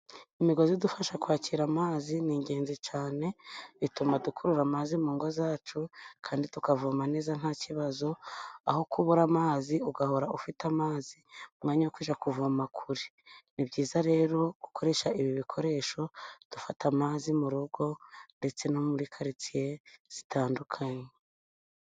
Imigozi idufasha kwakira amazi ni ingenzi cyane, bituma dukurura amazi mu ngo zacu kandi tukavoma neza nta kibazo. Aho kubura amazi ugahora ufite amazi, umwanya wo kujya kuvoma kure. Ni byiza rero gukoresha ibi bikoresho dufata amazi mu rugo ndetse no muri karitsiye zitandukanye.